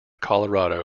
colorado